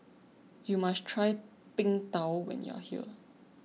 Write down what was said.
you must try Png Tao when you are here